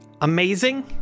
amazing